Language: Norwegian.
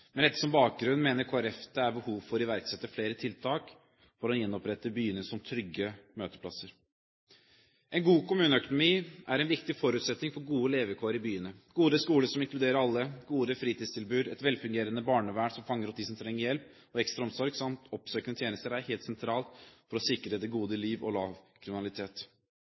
Med dette som bakgrunn mener Kristelig Folkeparti at det er behov for å iverksette flere tiltak for å gjenopprette byene som trygge møteplasser. En god kommuneøkonomi er en viktig forutsetning for gode levekår i byene. Gode skoler som inkluderer alle, gode fritidstilbud, et velfungerende barnevern som fanger opp dem som trenger hjelp og ekstra omsorg, samt oppsøkende tjenester er helt sentralt for å sikre det gode liv og lav kriminalitet.